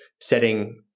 setting